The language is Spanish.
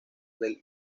del